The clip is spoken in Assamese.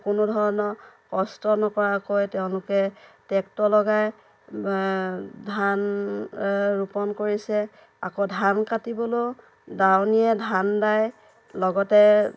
কোনোধৰণৰ তেওঁ কষ্ট নকৰাকৈ তেওঁলোকে ট্ৰেক্টৰ লগাই ধান ৰোপণ কৰিছে তেওঁ আকৌ ধান কাটিবলৈও তেওঁ দাৱনীয়ে ধান দাই লগতে